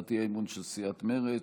הצעת האי-אמון של סיעת מרצ,